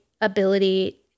ability